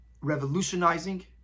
revolutionizing